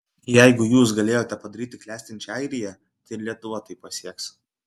jeigu jūs galėjote padaryti klestinčią airiją tai ir lietuva tai pasieks